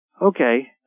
Okay